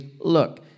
look